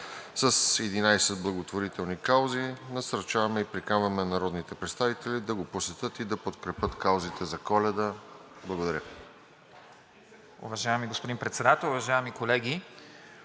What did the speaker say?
с 11 благотворителни каузи. Насърчаваме и приканваме народните представители да го посетят и да подкрепят каузите за Коледа. Благодаря.